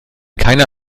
keiner